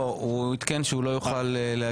לא, הוא עדכן שהוא לא יוכל להגיע.